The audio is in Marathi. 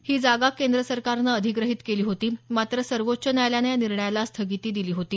ही जागा केंद्र सरकारनं अधिग्रहीत केली होती मात्र सर्वोच्च न्यायालयानं या निर्णयाला स्थगिती दिली होती